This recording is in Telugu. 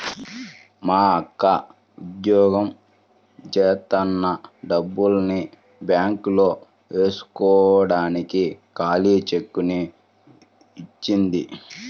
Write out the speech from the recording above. మా అక్క ఉద్యోగం జేత్తన్న డబ్బుల్ని బ్యేంకులో వేస్కోడానికి ఖాళీ చెక్కుని ఇచ్చింది